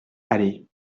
allez